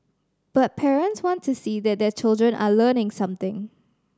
but parents want to see that their children are learning something